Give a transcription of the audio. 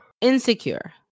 insecure